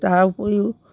তাৰ উপৰিও